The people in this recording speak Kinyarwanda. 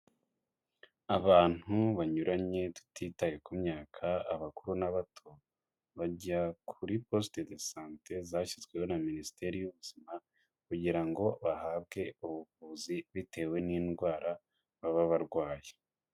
Abantu banyuranye tutitaye ku myaka, abakuru n'abato bajya kuri posite do sante, zashyizweho na minisiteri y'ubuzima, kugira ngo bahabwe ubuvuzi bitewe n'indwara baba barwaye.